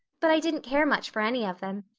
but i didn't care much for any of them,